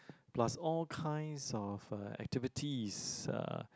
plus all kind of uh activities uh